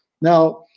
Now